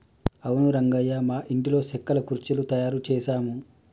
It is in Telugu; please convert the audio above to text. అవును రంగయ్య మా ఇంటిలో సెక్కల కుర్చీలు తయారు చేసాము